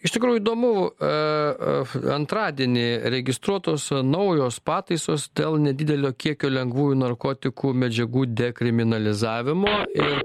iš tikrųjų įdomu a antradienį registruotos naujos pataisos dėl nedidelio kiekio lengvųjų narkotikų medžiagų dekriminalizavimo ir